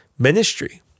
Ministry